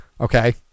Okay